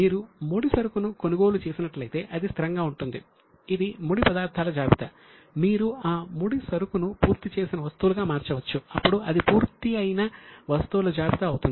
మీరు ముడిసరుకును కొనుగోలు చేసినట్లయితే అది స్థిరంగా ఉంటుంది ఇది ముడి పదార్థాల జాబితా మీరు ఆ ముడి సరుకును పూర్తి చేసిన వస్తువులుగా మార్చవచ్చు అప్పుడు ఇది పూర్తయిన వస్తువుల జాబితా అవుతుంది